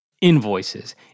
invoices